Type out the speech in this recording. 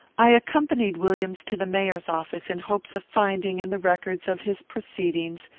i accompanied williams to the mayor's office, in hopes of finding in the records of his proceedings,